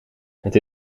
het